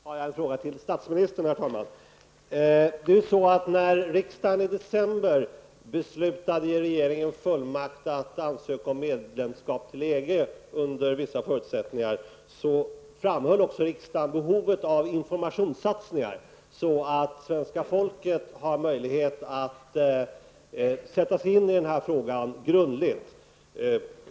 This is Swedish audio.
Herr talman! Jag har en fråga till statsministern. När riksdagen i december beslutade att ge regeringen fullmakt att under vissa förutsättningar ansöka om medlemskap i EG framhöll riksdagen också behovet av informationssatsningar för att svenska folket skall få möjlighet att grundligt sätta sig in i ämnet.